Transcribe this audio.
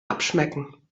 abschmecken